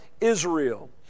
Israel